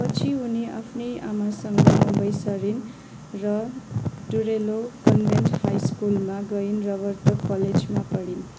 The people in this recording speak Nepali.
पछि उनी आफ्नै आमासँग मुम्बई सरिन् र डुरेलो कन्भेन्ट हाई स्कुलमा गइन् र वर्तक कलेजमा पढिन्